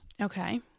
Okay